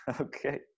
Okay